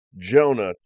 Jonah